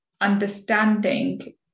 understanding